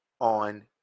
on